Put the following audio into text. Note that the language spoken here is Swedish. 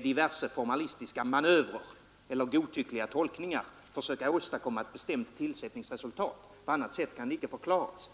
diverse formalistiska manövrer eller godtyckliga tolkningar velat försöka åstadkomma ett bestämt tillsättningsresultat. På annat sätt kan det inte förklaras.